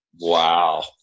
Wow